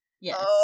Yes